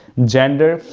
gender,